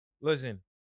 Listen